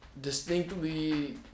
distinctly